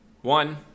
one